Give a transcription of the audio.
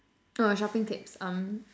oh shopping tips um